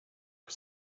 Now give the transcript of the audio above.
was